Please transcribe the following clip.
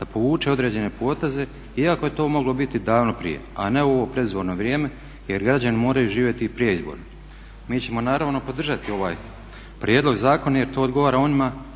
da povuče određene poteze iako je to moglo biti davno prije, a ne u ovo predizborno vrijeme jer građani moraju živjeti i prije izbora. Mi ćemo naravno podržati ovaj prijedlog zakona jer to odgovara onima